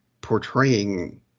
portraying